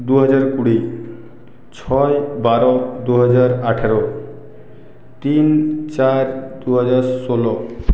দু হাজার কুড়ি ছয় বারো দু হাজার আঠেরো তিন চার দু হাজার ষোলো